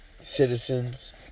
citizens